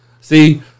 See